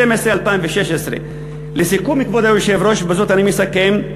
2016. לסיום, כבוד היושב-ראש, ובזאת אני מסכם: